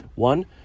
One